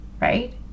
right